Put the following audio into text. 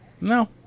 No